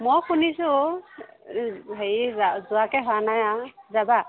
মই শুনিছোঁ হেৰি যোৱাকৈ হোৱা নাই আৰু যাবা